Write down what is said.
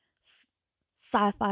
sci-fi